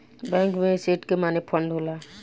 bank में asset के माने फंड होला